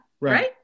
Right